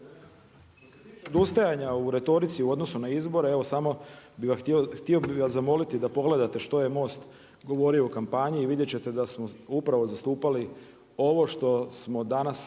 Što se tiče odustajanja u retorici u odnosu na izbore evo samo bi vas htio zamoliti da pogledate što je MOST govorio u kampanji i vidjet ćete da smo upravo zastupali ovo što smo danas